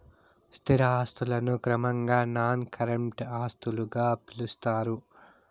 స్థిర ఆస్తులను క్రమంగా నాన్ కరెంట్ ఆస్తులుగా పిలుత్తారు